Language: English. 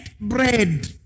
bread